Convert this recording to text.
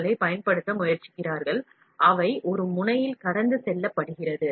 steel rod கள் பயன்படுத்தப்படுகின்றன அவை ஒரு முனை வழியாக அனுப்பப்படுகின்றன